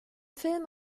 film